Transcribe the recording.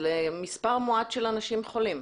זה למספר מועט של אנשים חולים.